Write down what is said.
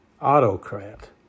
Autocrat